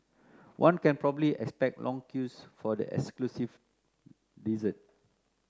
one can probably expect long queues for the exclusive dessert